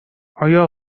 آیا